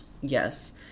Yes